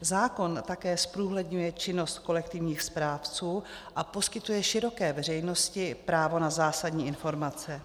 Zákon také zprůhledňuje činnost kolektivních správců a poskytuje široké veřejnosti právo na zásadní informace.